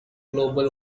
global